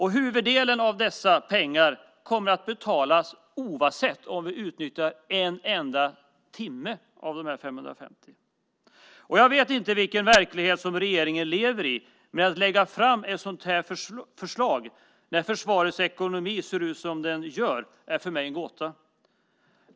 Huvuddelen av dessa pengar kommer att betalas även om vi utnyttjar bara en enda timme av de 550 timmarna. Jag vet inte vilken verklighet regeringen lever i när man lägger fram ett sådant här förslag samtidigt som försvarets ekonomi ser ut som den gör. Detta är för mig en gåta.